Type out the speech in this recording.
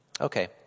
Okay